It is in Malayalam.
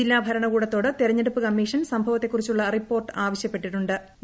ജില്ലാ ഭരണകൂടത്തോട് തെരഞ്ഞെടുപ്പ് കമ്മീഷൻ സംഭവത്തെക്കുറിച്ചുള്ള റിപ്പോർട്ട് ആവശ്യപ്പെട്ടിട്ടു ്